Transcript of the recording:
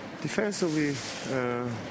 Defensively